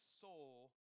soul